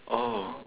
oh